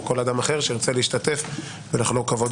או כל אדם אחר שירצה להשתתף ולחלוק כבוד